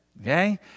okay